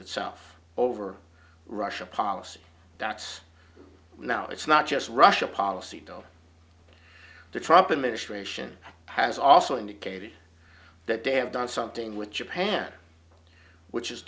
itself over russia policy that's now it's not just russia policy to trumpet ministration has also indicated that they have done something with japan which is